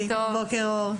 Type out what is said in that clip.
בוקר טוב.